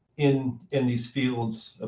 in in these fields.